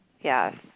yes